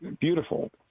beautiful